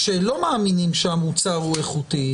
כשלא מאמינים שהמוצר הוא איכותי,